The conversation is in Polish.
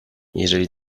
jeżeli